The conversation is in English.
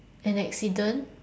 an accident